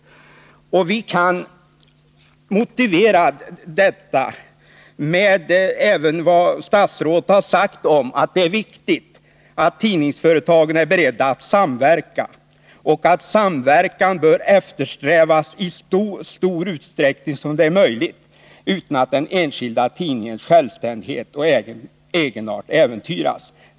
Vi kan motivera detta även med vad statsrådet sagt, nämligen att det är viktigt att tidningsföretagen är beredda att samverka och att samverkan bör eftersträvas i så stor utsträckning som möjligt utan att den enskilda tidningens självständighet och egenart äventyras.